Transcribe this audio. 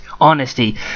honesty